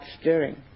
stirring